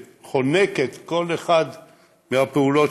שחונקת כל אחד עם הפעולות,